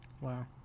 Wow